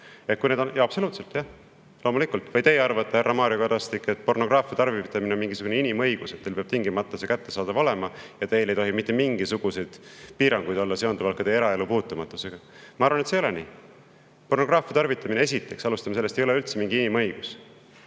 Absoluutselt, jah! Loomulikult! Või teie, härra Mario Kadastik, arvate, et pornograafia tarvitamine on mingisugune inimõigus, et teile peab see tingimata kättesaadav olema ja teile ei tohi mitte mingisuguseid piiranguid olla seonduvalt teie eraelu puutumatusega? Ma arvan, et see ei ole nii. Pornograafia tarvitamine, esiteks – alustame sellest –, ei ole üldse mingi inimõigus.